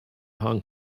hong